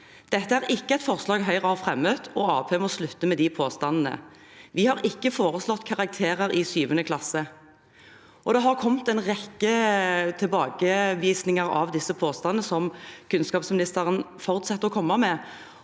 Det er altså ikke et forslag Høyre har fremmet, og Arbeiderpartiet må slutte med de påstandene.» Og videre: «Vi har ikke foreslått karakterer fra 7. klasse.» Det har kommet en rekke tilbakevisninger av de påstandene som kunnskapsministeren fortsetter å komme med.